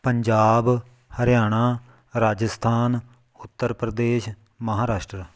Punjab Haryana Rajasthan Uttar Pradesh Maharashtra